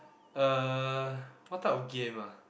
uh what type of game ah